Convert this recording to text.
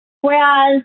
Whereas